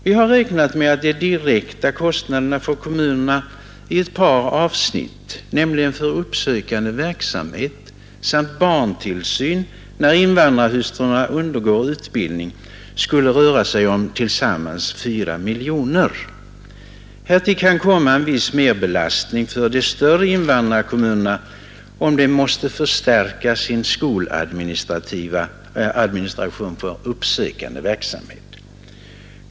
Vi har räknat med att de direkta kostnaderna för kommunerna i ett par avsnitt — för uppsökande verksamhet samt barntillsyn när invandrarhustrurna undergår utbildning — skulle röra sig om tillsammans 4 miljoner kronor. Härtill kan komma viss merbelastning för de större invandrarkommunerna om de måste förstärka sin skoladministration för uppsökande verksamhet.